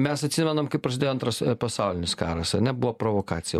mes atsimenam kaip prasidėjo antras pasaulinis karas ane buvo provokacija